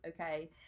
Okay